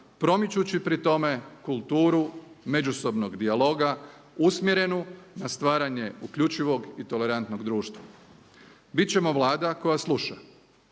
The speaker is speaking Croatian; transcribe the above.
promičući pri tome kulturu međusobnog dijaloga usmjerenu na stvaranje uključivog i tolerantnog društva. Bit ćemo Vlada koja sluša,